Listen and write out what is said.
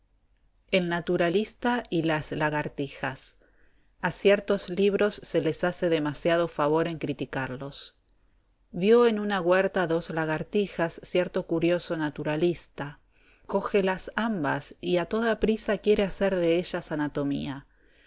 el naturalista y las lagartijas a ciertos libros se les hace demasiado favor en criticarlos vió en una huerta dos lagartijas cierto curioso naturalista cógelas ambas y a toda prisa quiere hacer de ellas anatomía